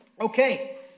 Okay